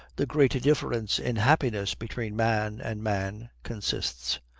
the great difference in happiness between man and man consists.